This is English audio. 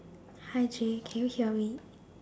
hi J can you hear me